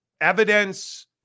evidence